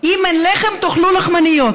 אם אין לחם, תאכלו לחמניות.